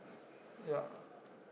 ya